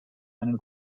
einen